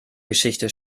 geschichte